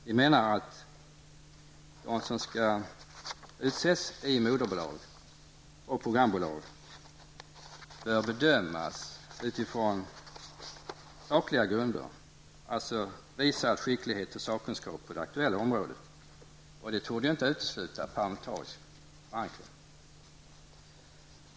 Vi menar att de som skall utses i moderbolaget och programbolagen bör bedömas utifrån sakliga grunder, alltså visad skicklighet och sakkunskap på det aktuella området. Det torde inte utesluta parlamentarisk förankring.